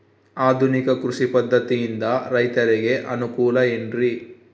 ಆಧುನಿಕ ಕೃಷಿ ಪದ್ಧತಿಯಿಂದ ರೈತರಿಗೆ ಅನುಕೂಲ ಏನ್ರಿ?